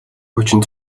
хүчин